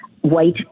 white